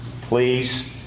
please